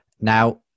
Now